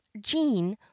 jean